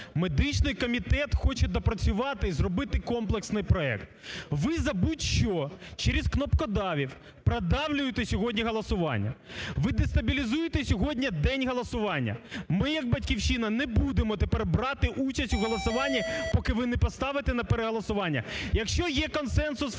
Медичний комітет хоче допрацювати і зробити комплексний проект. Ви за будь-що через кнопкодавів продавлюєте сьогодні голосування. Ви дестабілізуєте сьогодні день голосування. Ми як "Батьківщина" не будемо тепер брати участь у голосуванні, поки ви не поставите на переголосування. Якщо є консенсус фракцій